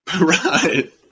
Right